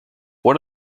one